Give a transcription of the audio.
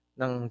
ng